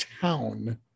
town